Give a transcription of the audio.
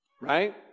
right